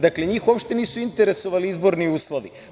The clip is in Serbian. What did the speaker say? Dakle, njih uopšte nisu interesovali izborni uslovi.